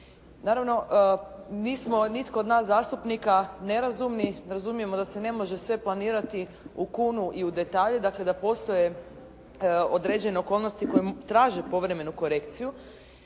Naravno nismo nitko od nas zastupnika nerazumni, razumijemo da se ne može sve planirati u kunu i u detalj, dakle da postoje određene okolnosti koje traže povremenu korekciju,